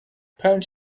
parents